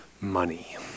money